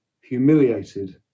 humiliated